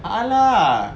a'ah lah